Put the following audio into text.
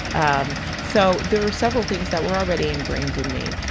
um so there are several things that were already ingrained in me.